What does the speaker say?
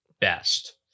best